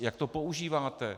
Jak to používáte?